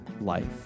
life